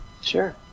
Sure